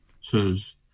says